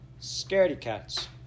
Scaredy-cats